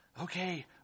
Okay